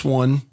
one